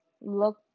look